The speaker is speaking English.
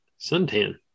suntan